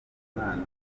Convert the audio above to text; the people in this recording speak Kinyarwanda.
umwana